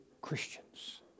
Christians